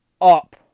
up